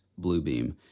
Bluebeam